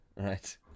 right